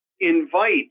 Invite